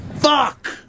Fuck